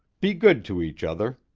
be good to each other.